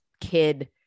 kid